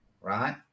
right